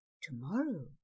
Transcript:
Tomorrow